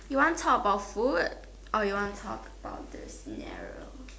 you want to talk about food or you want to talk about this scenario